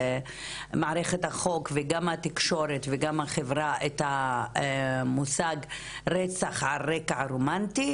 החוק וגם התקשורת וגם החברה את המושג רצח על רקע רומנטי,